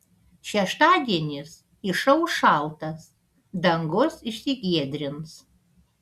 šeštadienis išauš šaltas dangus išsigiedrins